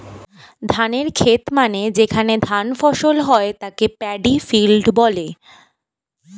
ধানের খেত মানে যেখানে ধান ফসল হয়ে তাকে প্যাডি ফিল্ড বলে